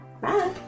Bye